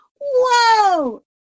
Whoa